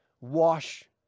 wash